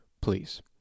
please